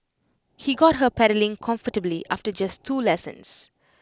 he got her pedalling comfortably after just two lessons